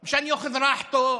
את ההזדמנות הזו, שייקח את הזמן שלו,